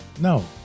no